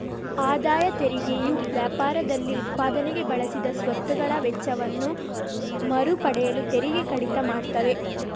ಆದಾಯ ತೆರಿಗೆಯು ವ್ಯಾಪಾರದಲ್ಲಿ ಉತ್ಪಾದನೆಗೆ ಬಳಸಿದ ಸ್ವತ್ತುಗಳ ವೆಚ್ಚವನ್ನ ಮರು ಪಡೆಯಲು ತೆರಿಗೆ ಕಡಿತ ಮಾಡ್ತವೆ